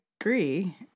agree